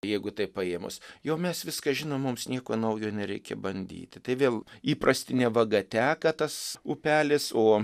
jeigu taip paėmus jau mes viską žinom mums nieko naujo nereikia bandyti tai vėl įprastine vaga teka tas upelis o